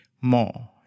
more